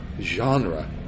genre